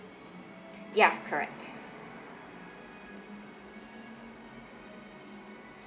ya correct